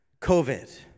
COVID